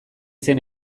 zen